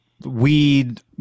weed